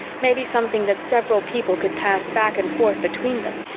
maybe something that several people could pass back and forth between them,